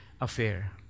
affair